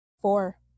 Four